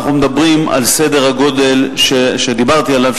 אנחנו מדברים על סדר-גודל שדיברתי עליו,